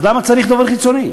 אז למה צריך דובר חיצוני?